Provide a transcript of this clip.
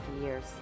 years